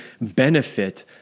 benefit